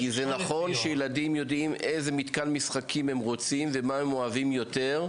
זה נכון שילדים יודעים איזה מתקן משחקים הם רוצים ומה הם אוהבים יותר.